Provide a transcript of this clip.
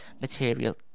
material